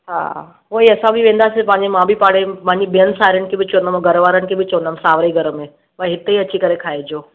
हा उहो ई असां बि वेंदासीं पंहिंजे मां बि पंहिंजे वञी ॿियनि साहेड़ियुनि खे बि चवंदमि घरवारनि खे बि चवंदमि सावरे घर में भई हिते अची करे खाइजो